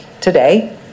today